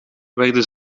werden